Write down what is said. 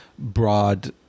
broad